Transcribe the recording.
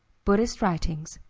buddhist writings.